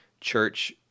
church